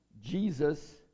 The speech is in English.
Jesus